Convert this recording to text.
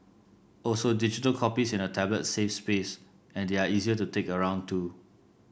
also digital copies in a tablet save space and they are easier to take around too